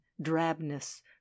drabness